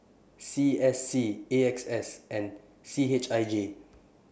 C S C A X S and C H I J